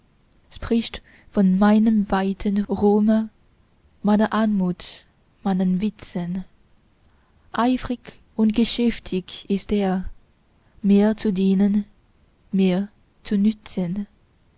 spricht von meinem weiten ruhme meiner anmut meinen witzen eifrig und geschäftig ist er mir zu dienen mir zu nützen